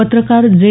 पत्रकार जे